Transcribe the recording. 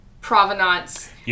provenance